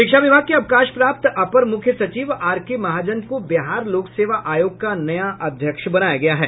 शिक्षा विभाग के अवकाश प्राप्त अपर मुख्य सचिव आरके महाजन को बिहार लोक सेवा आयोग का नया अध्यक्ष बनाया गया है